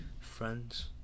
friends